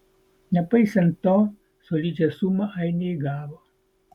nepaisant to solidžią sumą ainiai gavo